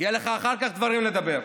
יהיו לך אחר כך דברים לדבר.